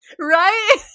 Right